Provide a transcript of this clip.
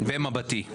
ומבטי.